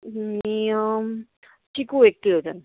आणि चिकू एक किलो द्याल